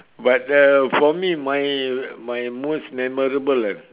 but uh for me my my most memorable eh